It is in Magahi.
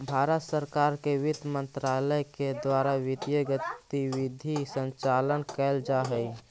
भारत सरकार के वित्त मंत्रालय के द्वारा वित्तीय गतिविधि के संचालन कैल जा हइ